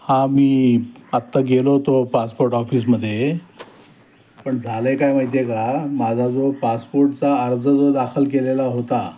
हा मी आत्ता गेलो होतो पासपोर्ट ऑफिसमध्ये पण झालं आहे काय माहिती आहे का माझा जो पासपोर्टचा अर्ज जो दाखल केलेला होता